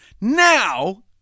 Now